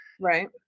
Right